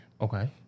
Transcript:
Okay